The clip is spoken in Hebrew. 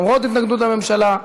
למרות התנגדות הממשלה.